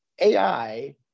AI